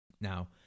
Now